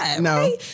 No